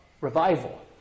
revival